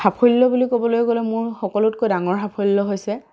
সাফল্য বুলি ক'বলৈ গ'লে মোৰ সকলোতকৈ ডাঙৰ সাফল্য হৈছে